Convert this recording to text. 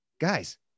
Guys